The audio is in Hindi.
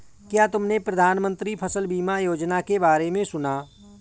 क्या तुमने प्रधानमंत्री फसल बीमा योजना के बारे में सुना?